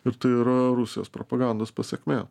ir tai yra rusijos propagandos pasekmė